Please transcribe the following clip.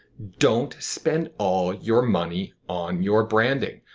don't spend all your money on your branding.